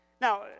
Now